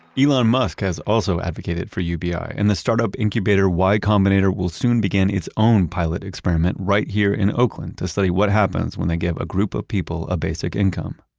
elon musk has also advocated for ubi, and the start-up incubator, y combinator, will soon begin its own pilot experiment right here in oakland to study what happens when they give a group of people a basic income.